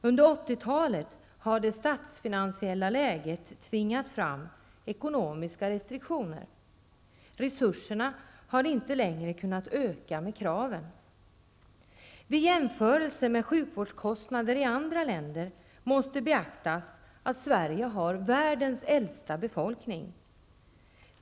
Under 80-talet har det statsfinansiella läget tvingat fram ekonomiska restriktioner. Resurserna har inte längre kunnat öka i takt med kraven. Vid jämförelser med sjukvårdskostnader i andra länder måste beaktas att Sverige har världens äldsta befolkning.